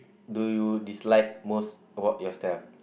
do you dislike most about yourself